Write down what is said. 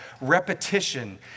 repetition